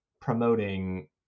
promoting